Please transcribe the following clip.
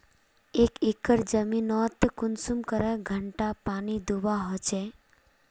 एक एकर जमीन नोत कुंसम करे घंटा पानी दुबा होचए?